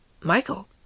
Michael